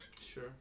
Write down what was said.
Sure